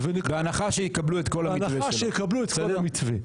בהנחה שיקבלו את כל המתווה שלו.